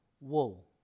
wool